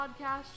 podcast